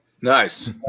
Nice